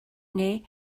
neu